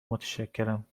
متشکرم